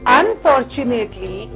unfortunately